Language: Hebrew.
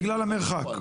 בגלל המרחק.